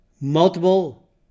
Multiple